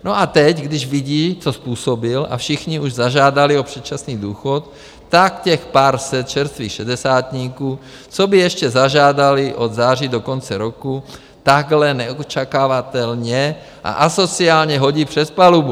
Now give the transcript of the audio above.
No a teď, když vidí, co způsobil, a všichni už zažádali o předčasný důchod, tak těch pár set čerstvých šedesátníků, co by ještě zažádali od září do konce roku, takhle neočekávatelně a asociálně hodí přes palubu.